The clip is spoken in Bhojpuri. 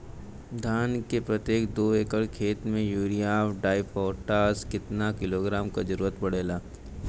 धान के प्रत्येक दो एकड़ खेत मे यूरिया डाईपोटाष कितना किलोग्राम क जरूरत पड़ेला?